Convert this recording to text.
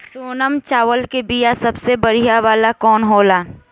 सोनम चावल के बीया सबसे बढ़िया वाला कौन होखेला?